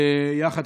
יחד,